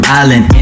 island